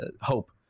hope